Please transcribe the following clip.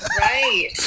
Right